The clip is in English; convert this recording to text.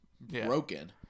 broken